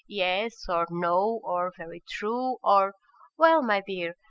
yes, or no, or very true or well, my dear,